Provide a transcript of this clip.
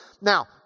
Now